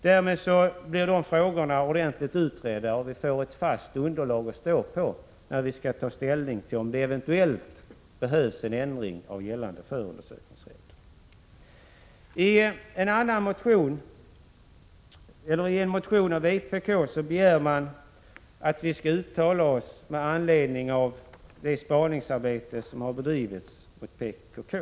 Därmed blir frågorna ordentligt utredda, och vi får ett fast underlag att stå på när vi skall ta ställning, om det behövs en ändring av gällande förundersökningsregler. I en motion från vpk begärs att vi skall uttala oss med anledning av det spaningsarbete som har bedrivits mot PKK.